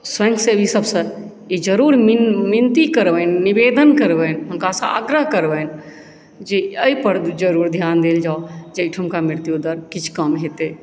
स्वयंसेवी सबसँ ई जरुर मिनती करबनि निवेदन करबनि हुनकासँ आग्रह करबनि जे एहिपर जरुर ध्यान देल जाउ जे एहिठुमका मृत्यु दर किछु कम हेतैक